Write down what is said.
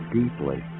deeply